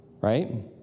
right